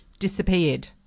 disappeared